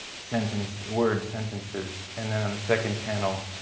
sentence word, sentences and then on the second panel,